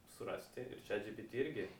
surasti ir čiat džipiti irgi